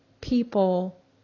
people